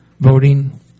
voting